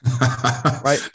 right